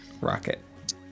Rocket